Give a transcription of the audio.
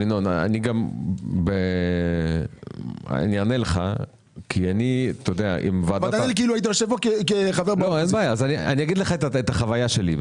ינון, אני אענה לך ואני אציג לך את החוויה שלי.